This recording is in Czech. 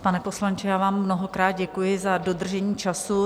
Pane poslanče, já vám mnohokrát děkuji za dodržení času.